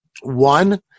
One